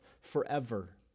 forever